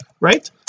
right